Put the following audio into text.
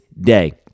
day